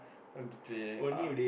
okay ah